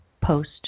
post